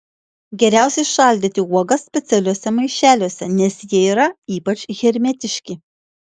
geriausiai šaldyti uogas specialiuose maišeliuose nes jie yra ypač hermetiški